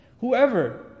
Whoever